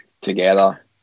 together